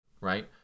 right